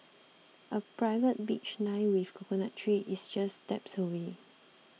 a private beach lined with coconut trees is just steps away